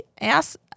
ask